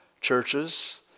churches